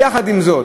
יחד עם זאת,